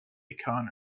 economy